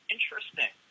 interesting